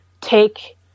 take